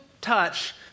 touch